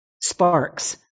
sparks